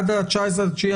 עד ה-19.9,